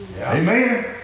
Amen